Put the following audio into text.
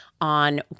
on